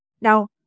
Now